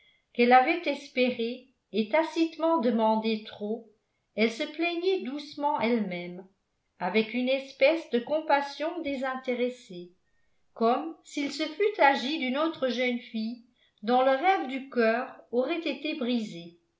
qu'elle avait espéré et tacitement demandé trop elle se plaignait doucement elle-même avec une espèce de compassion désintéressée comme s'il se fût agi d'une autre jeune fille dont le rêve du cœur aurait été brisé